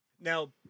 Now